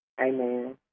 Amen